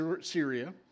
Syria